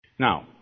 Now